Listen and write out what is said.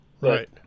Right